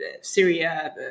Syria